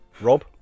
Rob